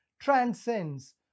transcends